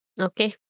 Okay